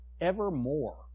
evermore